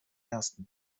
ersten